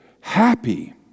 happy